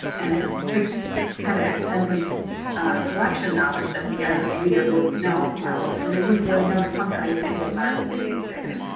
and it takes kind of extensive collection knowledge that the average reader wouldn't know about, so they wouldn't really know to come to icpsr to get these data.